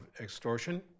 extortion